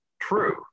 true